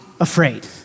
afraid